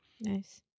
Nice